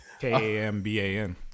K-A-M-B-A-N